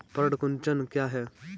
पर्ण कुंचन क्या है?